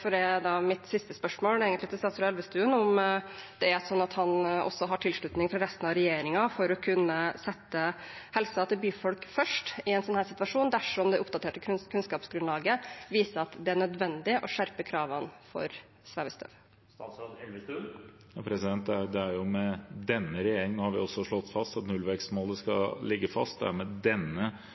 mitt siste spørsmål til statsråd Elvestuen om det er slik at han også har tilslutning fra resten av regjeringen til å kunne sette helsen til byfolk først i en slik situasjon dersom det oppdaterte kunnskapsgrunnlaget viser at det er nødvendig å skjerpe kravene for svevestøv. Det er jo med denne regjeringen vi har slått fast at nullvekstmålet skal ligge fast. Det er med denne